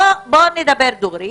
בוא נדבר דוגרי.